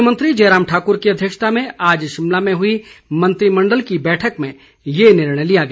मुख्यमंत्री जयराम ठाकुर की अध्यक्षता में आज शिमला में हुई मंत्रिमंडल की बैठक में ये निर्णय लिया गया